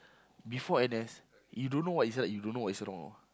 before N_S you don't know what is right you don't know what is wrong ah